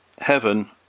heaven